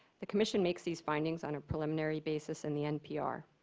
the commission makes these findings on a preliminary basis in the npr.